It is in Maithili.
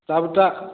सभटा